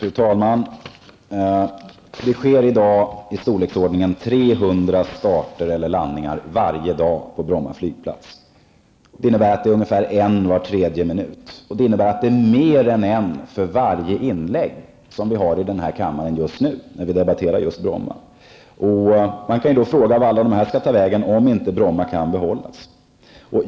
Fru talman! Det sker i dag i storleksordningen 300 starter eller landningar varje dag på Bromma flygplats. Det innebär att det är ungefär en var tredje minut, dvs. mer än en för varje inlägg vi har just nu här i kammaren när vi debatterar Bromma flygplats. Man kan då fråga sig vart alla dessa starter och landningar skall ta vägen om inte Bromma kan behållas.